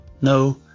no